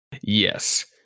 Yes